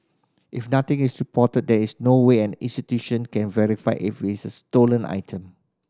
if nothing is reported there is no way an institution can verify if it's stolen item